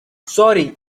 sorry